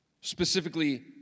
specifically